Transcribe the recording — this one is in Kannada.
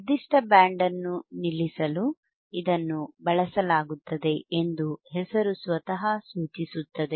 ನಿರ್ದಿಷ್ಟ ಬ್ಯಾಂಡ್ ಅನ್ನು ನಿಲ್ಲಿಸಲು ಇದನ್ನು ಬಳಸಲಾಗುತ್ತದೆ ಎಂದು ಹೆಸರು ಸ್ವತಃ ಸೂಚಿಸುತ್ತದೆ